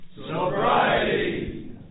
sobriety